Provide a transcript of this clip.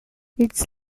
its